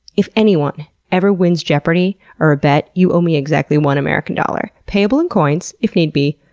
if anyone ever wins jeopardy or a bet, you owe me exactly one american dollar, payable in coins if need be,